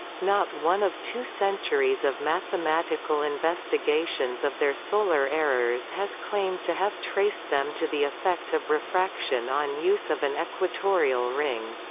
not one of two centuries of mathematical investigations of their solar errors has claimed to have traced them to the effect of refraction on use of an equatorial ring.